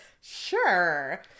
sure